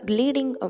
leading